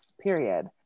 period